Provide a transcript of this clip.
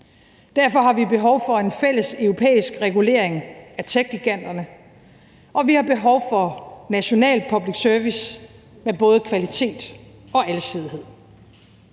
Derfor har vi behov for en fælles europæisk regulering af techgiganterne, og vi har behov for national public service med både kvalitet og alsidighed.